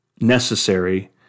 necessary